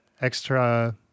extra